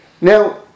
Now